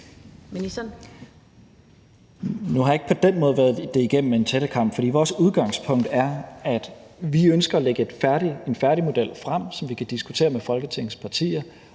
vores udgangspunkt er, at vi ønsker at lægge en færdig model frem, som vi kan diskutere med Folketingets partier,